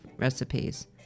recipes